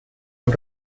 son